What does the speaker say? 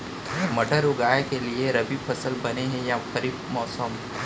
मटर उगाए के लिए रबि मौसम बने हे या खरीफ मौसम?